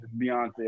Beyonce